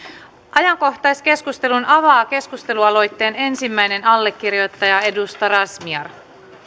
ajankohtaiskeskustelun avaa keskustelualoitteen ensimmäinen allekirjoittaja edustaja nasima razmyar